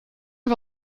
wir